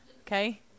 okay